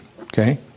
Okay